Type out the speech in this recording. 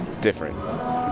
different